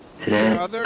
Today